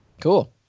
Cool